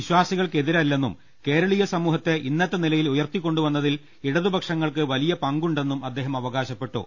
വിശാസി കൾക്കെതിരല്ലെന്നും കേരളീയ സമൂഹത്തെ ഇന്നത്തെ നിലയിൽ ഉയർത്തി കൊണ്ടുവന്നതിൽ ഇടതുപക്ഷങ്ങൾക്ക് വലിയ പങ്കുണ്ടെന്നും അദ്ദേഹം അവകാശപ്പെട്ടു